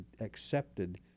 accepted